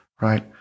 right